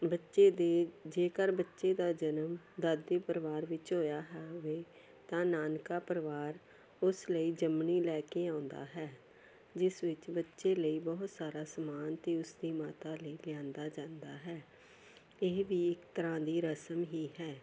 ਬੱਚੇ ਦੇ ਜੇਕਰ ਬੱਚੇ ਦਾ ਜਨਮ ਦਾਦੀ ਪਰਿਵਾਰ ਵਿੱਚ ਹੋਇਆ ਹੋਵੇ ਤਾਂ ਨਾਨਕਾ ਪਰਿਵਾਰ ਉਸ ਲਈ ਜੰਮਣੀ ਲੈ ਕੇ ਆਉਂਦਾ ਹੈ ਜਿਸ ਵਿੱਚ ਬੱਚੇ ਲਈ ਬਹੁਤ ਸਾਰਾ ਸਮਾਨ ਅਤੇ ਉਸਦੀ ਮਾਤਾ ਲਈ ਲਿਆਉਂਦਾ ਜਾਂਦਾ ਹੈ ਇਹ ਵੀ ਇੱਕ ਤਰ੍ਹਾਂ ਦੀ ਰਸਮ ਹੀ ਹੈ